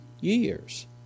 years